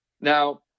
Now